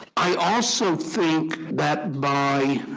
i also think that by